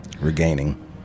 Regaining